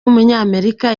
w’umunyamerika